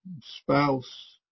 spouse